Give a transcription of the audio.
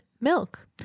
milk